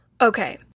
Okay